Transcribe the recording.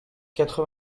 quatre